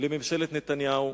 לממשלת נתניהו,